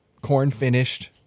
corn-finished